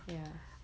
ya